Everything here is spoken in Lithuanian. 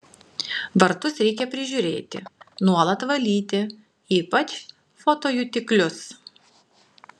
vartus reikia prižiūrėti nuolat valyti ypač fotojutiklius